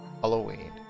Halloween